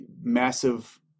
massive